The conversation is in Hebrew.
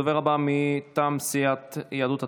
הדובר הבא, מטעם סיעת יהדות התורה,